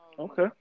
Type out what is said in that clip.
Okay